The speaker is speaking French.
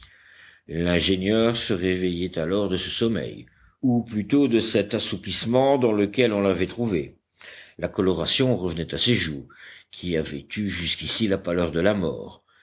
l'ingénieur se réveillait alors de ce sommeil ou plutôt de cet assoupissement dans lequel on l'avait trouvé la coloration revenait à ses joues qui avaient eu jusqu'ici la pâleur de la mort